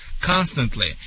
constantly